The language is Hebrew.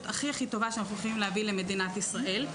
הכי טובה שאנחנו יכולים להביא למדינת ישראל.